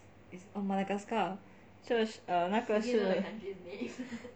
is on madagascar 这是 err 那个是